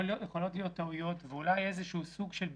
יכולות להיות טעויות ואולי איזשהו סוג של ביקורת.